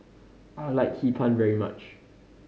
I like Hee Pan very much